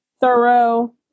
thorough